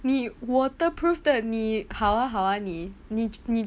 你 waterproof 的你好啊好啊你你你